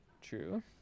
True